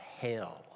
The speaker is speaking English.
hell